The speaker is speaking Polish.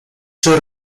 czy